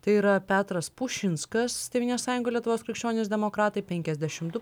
tai yra petras pušinskas tėvynės sąjunga lietuvos krikščionys demokratai penkiasdešimt du